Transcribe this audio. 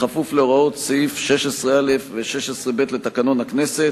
בכפוף להוראות סעיף 16(א) ו-16(ב) לתקנון הכנסת,